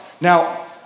Now